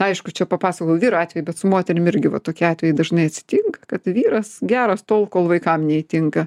na aišku čia papasakojau vyro atvejį bet su moterim irgi va tokie atvejai dažnai atsitinka kad vyras geras tol kol vaikam neįtinka